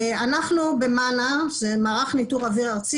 אנחנו במנ"א - מערך ניטור אוויר ארצי